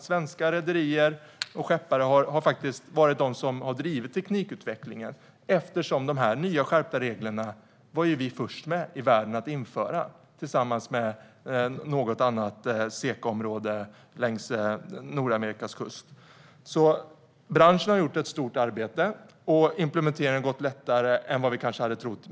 Svenska rederier och skeppare har varit de som har drivit teknikutvecklingen, eftersom vi var först i världen med att införa de nya skärpta reglerna, tillsammans med något annat SECA-område längs Nordamerikas kust. Branschen har alltså gjort ett stort arbete, och implementeringen har gått lättare än vad vi kanske hade trott.